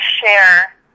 share